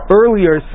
earlier